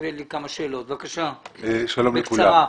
שלום לכולם.